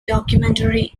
documentary